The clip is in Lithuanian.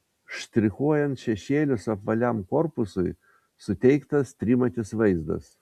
štrichuojant šešėlius apvaliam korpusui suteiktas trimatis vaizdas